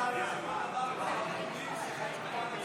חברות וחברי